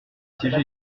siéger